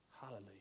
Hallelujah